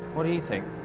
what do you think?